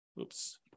Oops